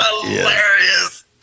Hilarious